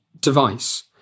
device